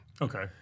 Okay